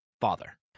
father